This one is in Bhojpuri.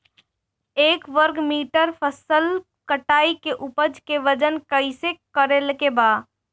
एक वर्ग मीटर फसल कटाई के उपज के वजन कैसे करे के बा?